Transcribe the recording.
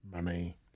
money